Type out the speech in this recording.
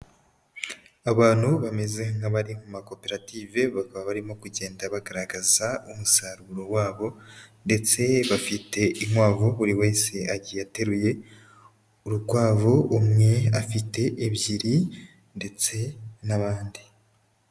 Abantu bameze nk'abari mu makoperative bakaba barimo kugenda bagaragaza umusaruro wabo ndetse bafite inkwavu, buri wese agiye ateruye urukwavu, umwe afite ebyiri ndetse n'abandi.